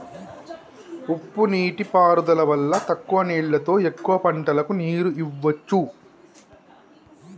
ఉప నీటి పారుదల వల్ల తక్కువ నీళ్లతో ఎక్కువ పంటలకు నీరు ఇవ్వొచ్చు